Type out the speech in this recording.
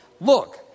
look